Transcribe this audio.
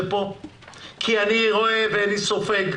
כי אני רואה ואני סופג.